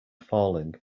falling